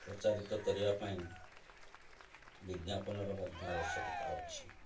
ପ୍ରଚାରିତ କରିବା ପାଇଁ ବିଜ୍ଞାପନର ମଧ୍ୟ ଆବଶ୍ୟକତା ଅଛି